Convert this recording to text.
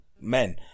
men